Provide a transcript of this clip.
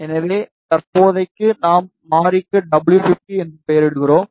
எனவே தற்போதைக்கு நாம் மாறிக்கு w50 என்று பெயரிடுகிறோம்